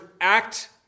act